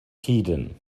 tiden